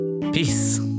Peace